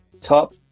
top